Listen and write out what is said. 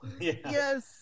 yes